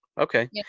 Okay